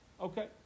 Okay